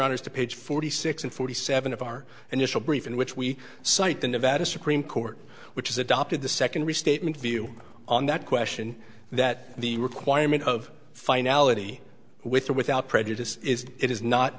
honour's to page forty six and forty seven of our initial brief in which we cite the nevada supreme court which is adopted the second restatement view on that question that the requirement of finality with or without prejudice is it is not